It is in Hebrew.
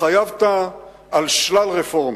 התחייבת לשלל רפורמות.